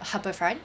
harbour front